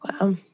Wow